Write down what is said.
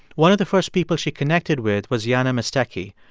one of the first people she connected with was jana mestecky,